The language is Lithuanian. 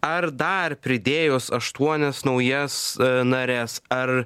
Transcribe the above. ar dar pridėjus aštuonias naujas nares ar